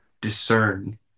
discern